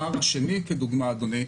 הפער השני, כדוגמה אדוני,